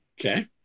Okay